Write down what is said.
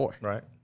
Right